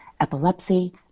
epilepsy